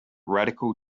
radical